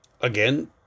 Again